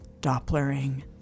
dopplering